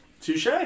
Touche